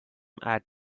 add